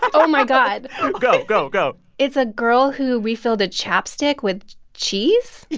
oh, my god go, go, go it's a girl who refilled a chapstick with cheese?